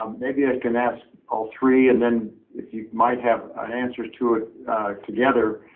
um maybe i can ask all three, and then if you might have an answer to it together,